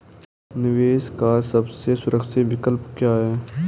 निवेश का सबसे सुरक्षित विकल्प क्या है?